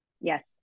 Yes